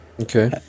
Okay